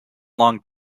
long